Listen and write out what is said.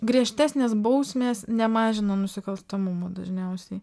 griežtesnės bausmės nemažina nusikalstamumo dažniausiai